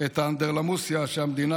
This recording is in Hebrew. את האנדרלמוסיה שהמדינה,